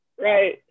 Right